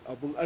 Abu